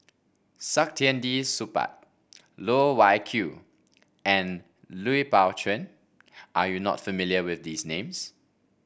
Saktiandi Supaat Loh Wai Kiew and Lui Pao Chuen are you not familiar with these names